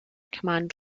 command